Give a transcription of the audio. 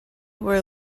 were